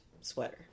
sweater